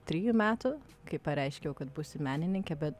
trijų metų kai pareiškiau kad būsiu menininkė bet